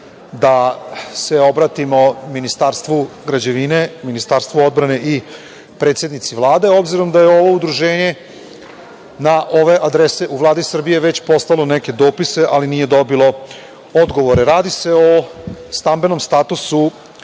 da se obratimo Ministarstvu građevine, Ministarstvu odbrane i predsednici Vlade, s obzirom da je ovo udruženje na ove adrese u Vladi Srbije već poslalo neke dopise, ali nije dobio odgovore. Radi se o stambenom statusu